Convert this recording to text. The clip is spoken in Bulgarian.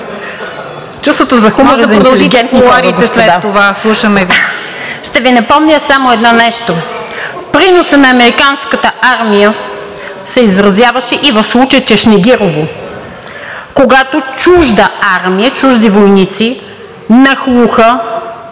Чувството за хумор е за интелигентни хора, господа. Ще Ви напомня само едно нещо: приносът на американската армия се изразяваше и в случая „Чешнегирово“, когато чужда армия, чужди войници нахлуха